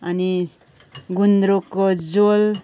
अनि गुन्द्रुकको झोल